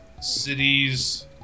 Cities